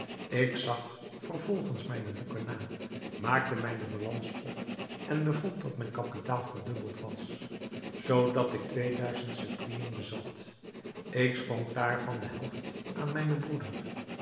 ik zag vervolgens mijne boeken na maakte mijne balans op en bevond dat mijn kapitaal verdubbeld was zoo dat ik twee duizend sequinen bezat ik schonk daarvan de helft aan mijnen broeder